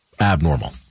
abnormal